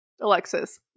Alexis